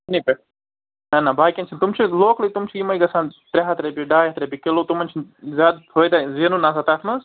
کُنے پٮ۪ٹھ نہَ نہَ باقین چھِنہٕ تِم چھِ لوکلٕے تِم چھِ یِمَے گَژھان ترٛےٚ ہتھ رۄپیہِ ڈاے ہتھ رۄپیہِ کِلو تِمن چھِنہٕ زیادٕ فٲیدا زینُن آسان تتھ منٛز